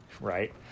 right